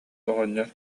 оҕонньор